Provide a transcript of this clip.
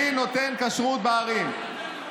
מי נותן כשרות בערים?